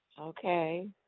Okay